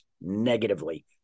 negatively